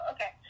Okay